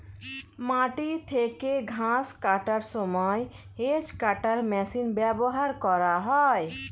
মাটি থেকে ঘাস কাটার সময় হেজ্ কাটার মেশিন ব্যবহার করা হয়